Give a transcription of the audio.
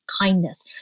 kindness